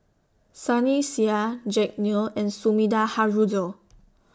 Sunny Sia Jack Neo and Sumida Haruzo